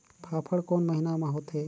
फाफण कोन महीना म होथे?